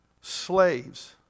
slaves